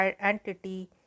entity